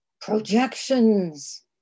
projections